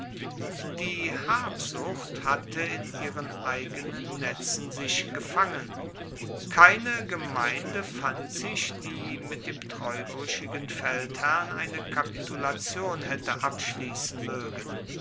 die habsucht hatte in ihren eigenen netzen sich gefangen keine gemeinde fand sich die mit dem treubrüchigen feldherrn eine kapitulation hätte abschließen mögen